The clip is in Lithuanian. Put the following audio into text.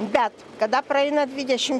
bet kada praeina dvidešim